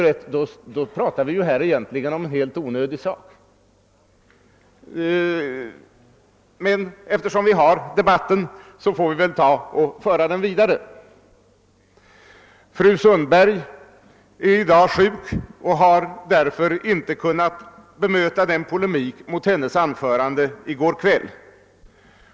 Därför talar vi nu alldeles i onödan, men eftersom det har uppkommit en debatt får den väl föras vidare. Fru Sandberg är i dag sjuk och har därför inte kunnat bemöta polemiken mot sitt anförande i går kväll.